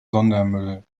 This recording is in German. sondermüll